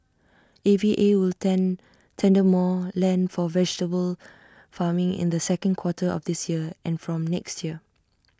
A V A will tender more land for vegetable farming in the second quarter of this year and from next year